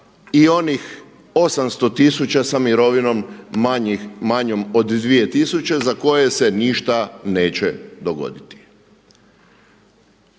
i onih 800000 sa mirovinom manjom od 2000 za koje se ništa neće dogoditi.